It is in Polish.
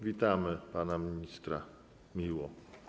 Witamy pana ministra miło.